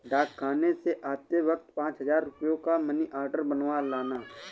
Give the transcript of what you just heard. डाकखाने से आते वक्त पाँच हजार रुपयों का मनी आर्डर बनवा लाना